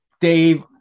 Dave